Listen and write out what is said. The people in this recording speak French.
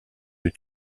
une